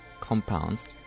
compounds